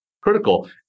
critical